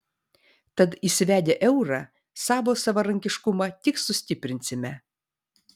tad įsivedę eurą savo savarankiškumą tik sustiprinsime